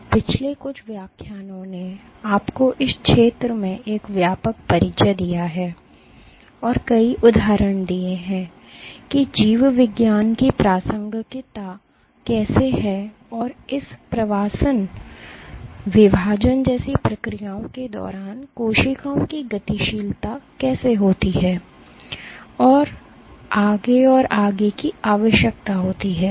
तो पिछले कुछ व्याख्यानों ने आपको इस क्षेत्र में एक व्यापक परिचय दिया है और कई उदाहरण दिए हैं कि जीव विज्ञान की प्रासंगिकता कैसे है और प्रवासन विभाजन जैसी प्रक्रियाओं के दौरान कोशिकाओं की गतिशीलता कैसे होती है और आगे और आगे की आवश्यकता होती है